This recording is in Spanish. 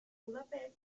budapest